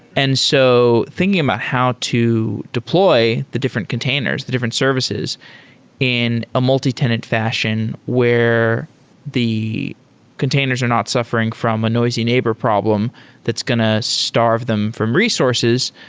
and so thinking about how to deploy the different containers, the different services in a multitenant fashion where the containers are not suffering from a noisy neighbor problem that's going to starve them from resources.